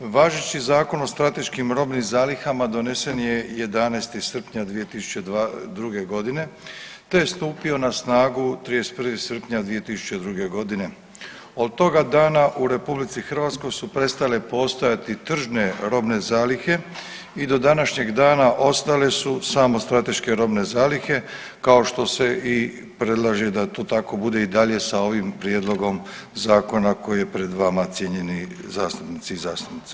Važeći Zakon o strateškim robnim zalihama donesen je 11. srpnja 2002. g. te je stupio na snagu 31. srpnja 2002. g. Od toga dana u RH su prestale postojati tržne robne zalihe i do današnjeg dana ostale su samo strateške robne zalihe kao što se i predlaže da to tako bude i dalje sa ovim prijedlogom zakona koji je pred vama, cijenjeni zastupnici i zastupnice.